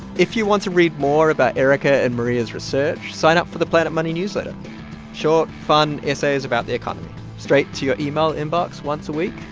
if you want to read more about erica and maria's research, sign up for the planet money newsletter short, fun essays about the economy straight to your email inbox once a week.